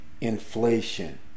inflation